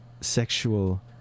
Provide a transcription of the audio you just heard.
sexual